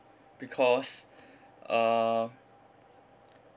because uh